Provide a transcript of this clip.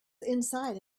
inside